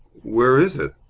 where is it?